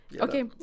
Okay